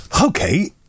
Okay